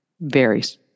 varies